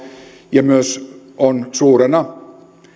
ja on myös suurena